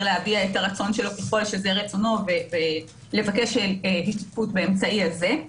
להביע את רצונו ככל שזה רצונו ולבקש השתתפות באמצעי הזה.